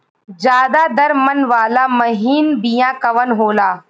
ज्यादा दर मन वाला महीन बिया कवन होला?